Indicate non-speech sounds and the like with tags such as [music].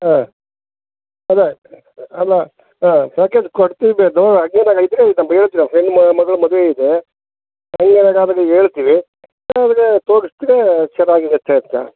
ಹಾಂ ಅಲ್ಲ ಅಲ್ಲ ಹಾಂ ಪ್ಯಾಕೇಜ್ [unintelligible] ಹಂಗೆನಾರ ಇದ್ದರೆ ಇದು [unintelligible] ಹೆಣ್ಣು ಮ ಮಗ್ಳ ಮದುವೆ ಇದೆ [unintelligible] ಹೇಳ್ತಿವಿ [unintelligible] ತೋರಿಸ್ದ್ರೆ ಚೆನ್ನಾಗಿರತ್ತೆ ಅಂತ